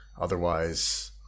otherwise